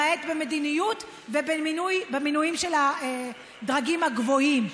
למעט במדיניות ובמינויים של הדרגים הגבוהים.